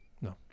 No